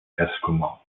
esquimalt